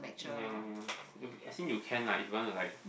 ya ya ya okay as in you can lah if you want to like